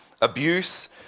Abuse